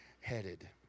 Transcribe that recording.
headed